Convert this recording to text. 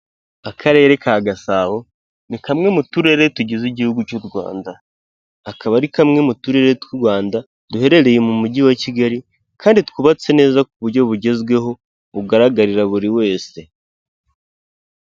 Akarere ka Gasabo, ni kamwe mu turere tugize igihugu cy'u Rwanda. Akaba ari kamwe mu turere tw'u Rwanda duherereye mu mujyi wa Kigali kandi twubatse neza ku buryo bugezweho, bugaragarira buri wese.